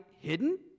hidden